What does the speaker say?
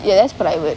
ya that's correct would